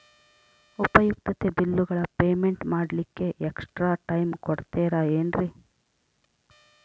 ಉಪಯುಕ್ತತೆ ಬಿಲ್ಲುಗಳ ಪೇಮೆಂಟ್ ಮಾಡ್ಲಿಕ್ಕೆ ಎಕ್ಸ್ಟ್ರಾ ಟೈಮ್ ಕೊಡ್ತೇರಾ ಏನ್ರಿ?